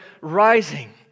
rising